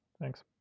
Thanks